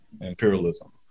imperialism